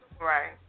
Right